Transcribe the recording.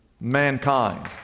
mankind